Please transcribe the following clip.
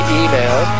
email